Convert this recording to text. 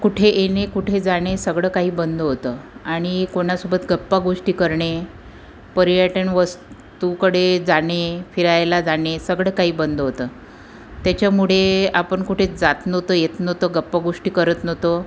कुठे येणे कुठे जाणे सगळं काही बंद होतं आणि कोणासोबत गप्पा गोष्टी करणे पर्यटन वस्तूकडे जाणे फिरायला जाणे सगळं काही बंद होतं त्याच्यामुळे आपण कुठे जात नव्हतो येत नव्हतो गप्पा गोष्टी करत नव्हतो